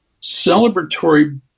celebratory